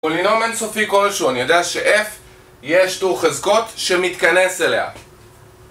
פולינום אינסופי כלשהו, אני יודע ש f יש תור חזקות שמתכנס אליה